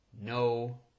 no